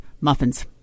muffins